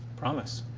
promise.